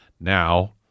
now